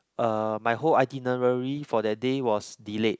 uh my whole itinerary for that day was delayed